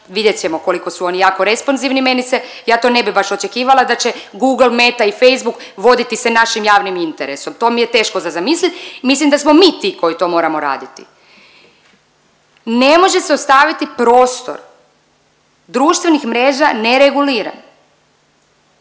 vidjet ćemo koliko su oni jako responzivni. Meni se, ja to ne bi baš očekivala da će Google, Meta i Facebook voditi se našim javnim interesom, to mi je teško za zamislit, mislim da smo mi ti koji to moramo raditi. Ne može se ostaviti prostor društvenih mjera nereguliran.